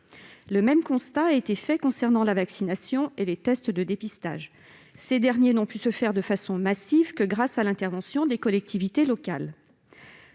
Le même constat a été dressé en ce qui concerne la vaccination et les tests de dépistage, qui n'ont pu se faire de façon massive que grâce à l'intervention des collectivités locales.